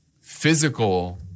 physical